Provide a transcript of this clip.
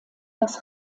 das